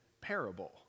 parable